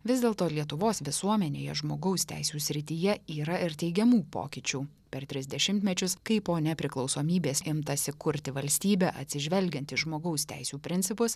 vis dėlto lietuvos visuomenėje žmogaus teisių srityje yra ir teigiamų pokyčių per tris dešimtmečius kai po nepriklausomybės imtasi kurti valstybę atsižvelgiant į žmogaus teisių principus